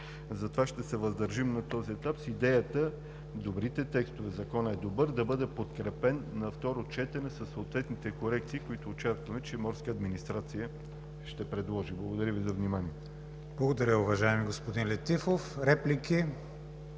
Затова ще се въздържим на този етап с идеята добрите текстове – законът е добър, да бъде подкрепен на второ четене със съответните корекции, които очакваме, че „Морска администрация“ ще предложи. Благодаря Ви за вниманието. ПРЕДСЕДАТЕЛ КРИСТИАН ВИГЕНИН: Благодаря, уважаеми господин Летифов. Реплики?